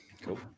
Cool